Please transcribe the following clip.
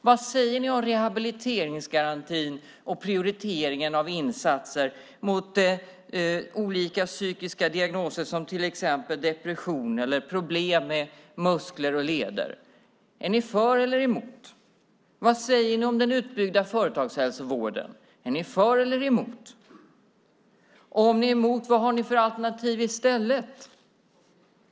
Vad säger ni om rehabiliteringsgarantin och prioriteringen av insatser vid olika psykiska diagnoser, som till exempel depression, eller vid problem med muskler och leder? Är ni för eller emot? Vad säger ni om den utbyggda företagshälsovården? Är ni för eller emot? Om ni är emot, vad har ni för alternativ?